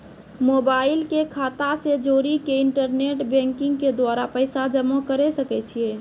Mobile के खाता से जोड़ी के इंटरनेट बैंकिंग के द्वारा पैसा जमा करे सकय छियै?